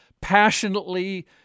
passionately